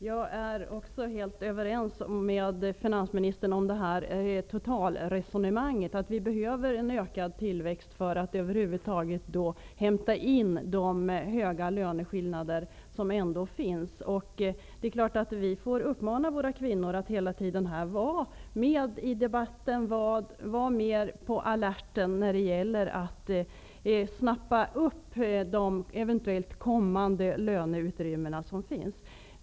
Herr talman! Jag är helt överens med finansministern om totalresonemanget. Vi behöver en ökad tillväxt för att över huvud taget hämta in de stora löneskillnader som finns. Vi får uppmana våra kvinnor att hela tiden vara med i debatten och vara på alerten när det gäller att snappa upp eventuellt kommande löneutrymmen.